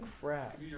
crap